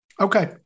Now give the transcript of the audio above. Okay